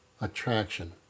attraction